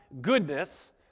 goodness